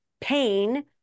pain